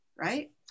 Right